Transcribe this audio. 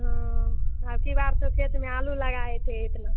हाँ अबकी बार तो खेत में आलू लगाए थे इतना